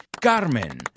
Carmen